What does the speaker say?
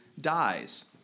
dies